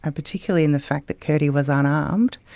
um particularly in the fact that curti was unarmed,